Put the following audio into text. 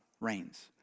reigns